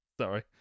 sorry